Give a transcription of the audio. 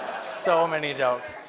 so many jokes,